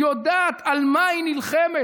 יודעת על מה היא נלחמת.